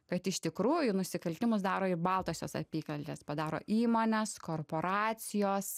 kad iš tikrųjų nusikaltimus daro ir baltosios apykaklės padaro įmonės korporacijos